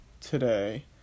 today